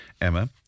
Emma